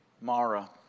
Mara